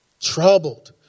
troubled